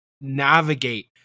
navigate